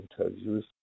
interviews